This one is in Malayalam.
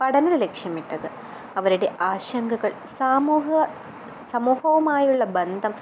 പഠനം ലക്ഷ്യമിട്ടത് അവരുടെ ആശങ്കകൾ സമൂഹവുമായുള്ള ബന്ധം